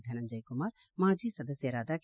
ಧನಂಜಯಕುಮಾರ್ ಮಾಜಿ ಸದಸ್ವರಾದ ಕೆ